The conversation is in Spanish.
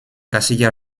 casilla